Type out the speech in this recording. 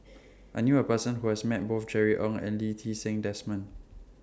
I knew A Person Who has Met Both Jerry Ng and Lee Ti Seng Desmond